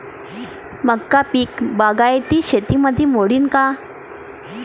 मका पीक बागायती शेतीमंदी मोडीन का?